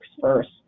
first